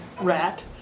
rat